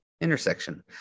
intersection